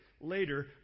later